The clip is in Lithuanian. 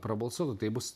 prabalsuotų tai bus